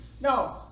No